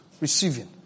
receiving